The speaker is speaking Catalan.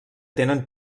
tenen